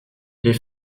les